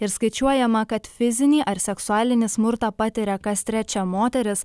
ir skaičiuojama kad fizinį ar seksualinį smurtą patiria kas trečia moteris